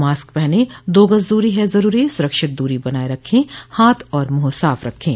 mask पहनें दो गज़ दूरी है ज़रूरी सुरक्षित दूरी बनाए रखें हाथ और मुंह साफ रखें